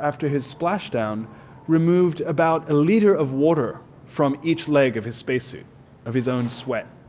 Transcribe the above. after his splash down removed about a liter of water from each leg of his spacesuit of his own sweat.